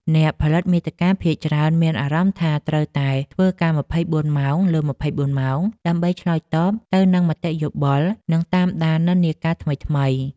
អ្នកផលិតមាតិកាភាគច្រើនមានអារម្មណ៍ថាត្រូវតែធ្វើការ ២៤ ម៉ោងលើ ២៤ ម៉ោង ដើម្បីឆ្លើយតបទៅនឹងមតិយោបល់ និងតាមដាននិន្នាការថ្មីៗ។